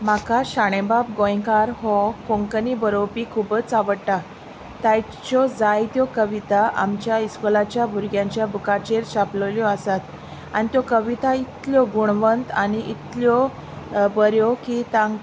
म्हाका शाणेबाब गोंयकार हो कोंकणी बरोवपी खुबच आवडटा ताच्यो जायत्यो कविता आमच्या इस्कुलाच्या भुरग्यांच्या बुकाचेर छापलेल्यो आसात आनी त्यो कविता इतल्यो गुणवंत आनी इतल्यो बऱ्यो की तांक